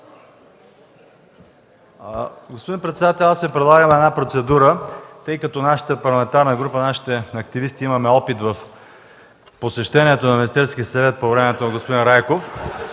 Господин председател, предлагам процедура. Нашата парламентарна група, нашите активисти имаме опит с посещенията в Министерския съвет по времето на господин Райков